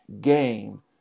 game